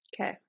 Okay